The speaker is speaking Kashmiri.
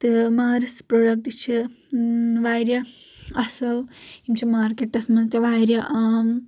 تہِ مارس پروڈکٹ چھ واریاہ اصل یم چھ مارکیٹس منٛز تہِ واریاہ عام